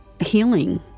healing